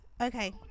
okay